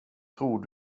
tror